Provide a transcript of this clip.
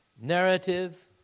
narrative